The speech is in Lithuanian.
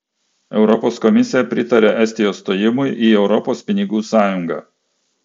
europos komisija pritaria estijos stojimui į europos pinigų sąjungą